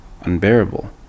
unbearable